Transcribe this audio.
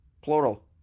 plural